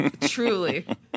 truly